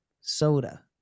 soda